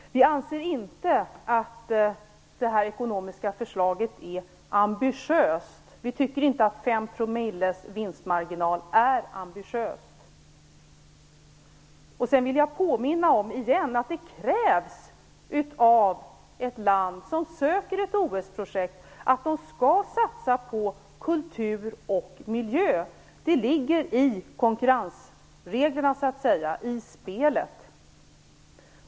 Vi anser inte att det här ekonomiska förslaget är ambitiöst. Vi tycker inte att 5 % vinstmarginal är ambitiöst. Sedan vill jag påminna om igen om att det krävs av ett land som söker ett OS-projekt att det skall satsa på kultur och miljö. Det ligger i konkurrensreglerna så att säga, i spelet.